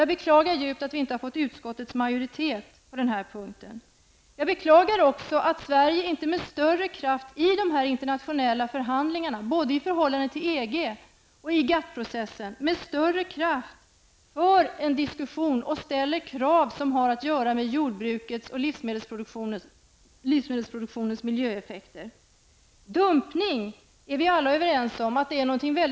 Jag beklagar djupt att vi inte har fått utskottets majoritet med oss på denna punkt. Jag beklagar också att Sverige inte med större kraft i de internationella förhandlingarna, både i förhållande till EG och i GATT-processen, ställer krav som har att göra med jordbrukets och livsmedelsproduktionens miljöeffekter. Vi är alla överens om att dumpning är något negativt.